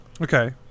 okay